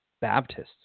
Baptists